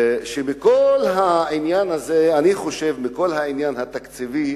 על כך שמכל העניין הזה, מכל העניין התקציבי,